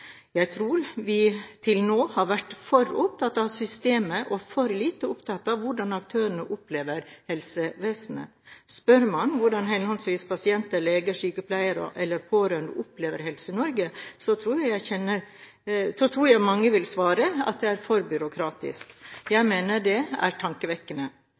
Jeg tror vi til nå har vært for opptatt av systemet og for lite opptatt av hvordan aktørene opplever helsevesenet. Spør man hvordan henholdsvis pasienter, leger, sykepleiere og pårørende opplever Helse-Norge, tror jeg mange vil svare at det er for byråkratisk. Jeg mener det er tankevekkende.